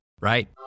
Right